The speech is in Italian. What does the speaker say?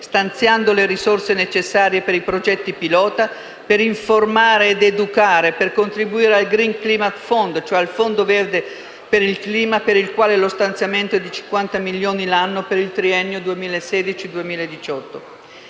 stanziando le risorse necessarie per i progetti pilota, per informare ed educare e per contribuire al Green climate fund (il Fondo verde per il clima), per il quale lo stanziamento è di 50 milioni l'anno per il triennio 2016-2018.